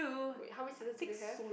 wait how many seasons do they have